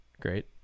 Great